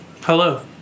Hello